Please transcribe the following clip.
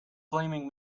blaming